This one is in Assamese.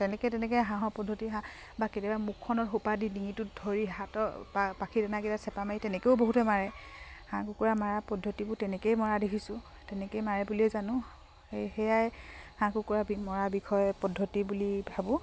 তেনেকৈ তেনেকৈ হাঁহৰ পদ্ধতিত হাঁহ বা কেতিয়াবা মুখখনত সোপা দি ডিঙিটোত ধৰি হাতৰ বা পাখি টনাকেইটা চেপা মাৰি তেনেকৈও বহুতে মাৰে হাঁহ কুকুৰা মৰাৰ পদ্ধতিবোৰ তেনেকৈয়ে মৰা দেখিছোঁ তেনেকৈয়ে মাৰে বুলিয়েই জানো সেই সেয়াই হাঁহ কুকুৰা মৰা বিষয়ে পদ্ধতি বুলি ভাবোঁ